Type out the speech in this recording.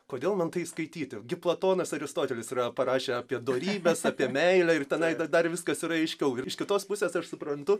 kodėl man tai skaityti gi platonas aristotelis yra parašę apie dorybes apie meilę ir tenai dar viskas yra aiškiau ir iš kitos pusės aš suprantu